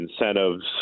incentives